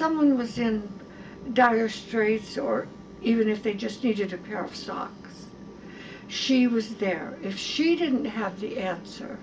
someone was in dire straits or even if they just needed a pair of socks she was there if she didn't have the answer